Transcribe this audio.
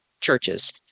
churches